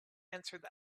answered